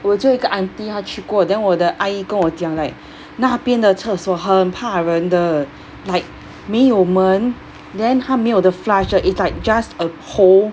我只有一个 auntie 她去过 then 我的阿姨跟我讲 like 那边的厕所很怕人的 like 没有门 then 她没有得 flush 的 it's like just a hole